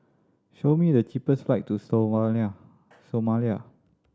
show me the cheapest flights to Somalia